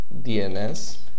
DNS